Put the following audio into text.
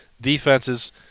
defenses